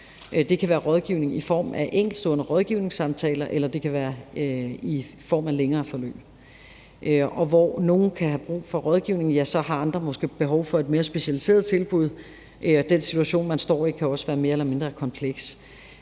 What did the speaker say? Det kan være rådgivning i form af enkeltstående rådgivningssamtaler, eller det kan være i form af længere forløb. Og hvor nogle kan have behov for rådgivning, har andre måske behov for et mere specialiseret tilbud, og den situation, man står i, kan også være mere eller mindre kompleks.